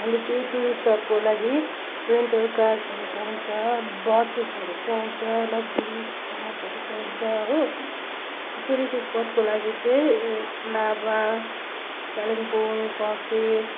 हाम्रो चाहिँ टुरिस्टहरूको लागि रेन्टर कार्सहरू पाउँछ बसेसहरू पाउँछ लक्जरिस कार्सहरू पाउँछ हो टुरिस्ट स्पटको लागि चाहिँ लाभा कालिम्पोङ कफेर